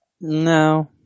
No